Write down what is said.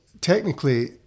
technically